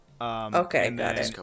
Okay